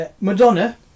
Madonna